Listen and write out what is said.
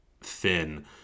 thin